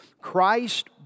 Christ